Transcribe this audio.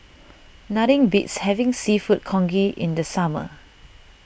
nothing beats Having Seafood Congee in the summer